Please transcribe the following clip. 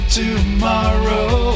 tomorrow